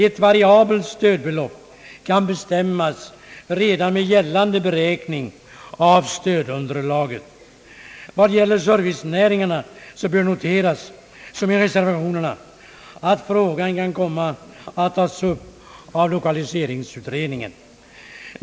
Ett variabelt stödbelopp kan bestämmas redan med gällande beräkning av stödunderlaget. I fråga om servicenäringarna bör det noteras, som i reservationerna, att det problemet kan komma att tas upp av lokaliseringsutredningen.